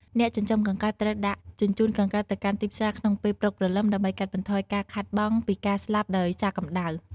អ្នកចិញ្ចឹមកង្កែបត្រូវដឹកជញ្ជូនកង្កែបទៅកាន់ទីផ្សារក្នុងពេលព្រឹកព្រលឹម ដើម្បីកាត់បន្ថយការខាតបង់ពីការស្លាប់ដោយសារកម្ដៅ។